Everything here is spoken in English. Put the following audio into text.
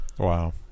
Wow